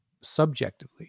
subjectively